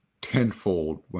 tenfold